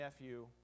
nephew